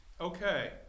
Okay